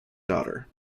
daughter